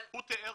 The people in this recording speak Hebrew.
הוא תיאר